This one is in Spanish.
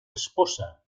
esposa